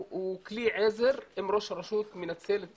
הוא כלי עזר, אם ראש הרשות מנצל את